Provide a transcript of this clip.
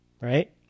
Right